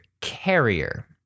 carrier